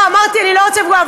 אני לא רוצה לפגוע,